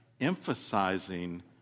emphasizing